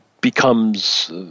becomes